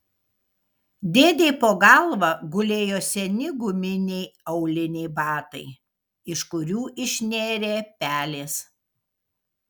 dėdei po galva gulėjo seni guminiai auliniai batai iš kurių išnėrė pelės